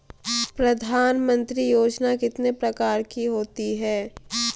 प्रधानमंत्री योजना कितने प्रकार की होती है?